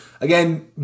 Again